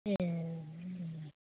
ए उम